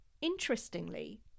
Interestingly